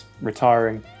retiring